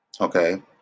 okay